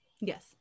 Yes